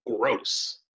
gross